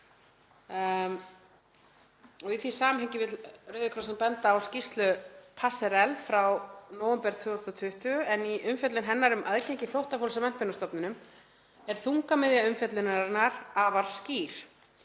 um. Í því samhengi vill Rauði krossinn benda á skýrslu Passerell frá nóvember 2020 en í umfjöllun hennar um aðgengi flóttafólks að menntunarstofnunum er þungamiðja umfjöllunarinnar afar skýr